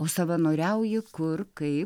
o savanoriauji kur kaip